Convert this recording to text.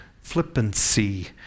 flippancy